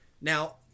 Now